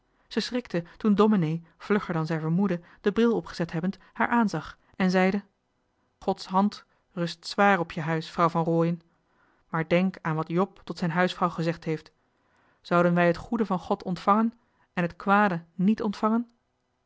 zij schrikte toen domenee vlugger dan zij vermoedde den bril opgezet hebbend haar aanzag en zeide gods hand rust zwaar op je huis vrouw van rooien maar denk aan wat job tot zijn huisvrouw gezegd heeft zouden wij het goede van god ontvangen en het kwade niet ontvangen